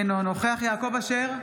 אינו נוכח יעקב אשר,